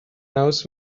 knows